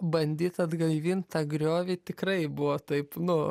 bandyt atgaivint tą griovį tikrai buvo taip nu